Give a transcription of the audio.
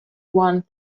one